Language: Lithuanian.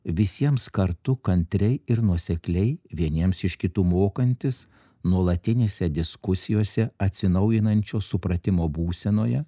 visiems kartu kantriai ir nuosekliai vieniems iš kitų mokantis nuolatinėse diskusijose atsinaujinančio supratimo būsenoje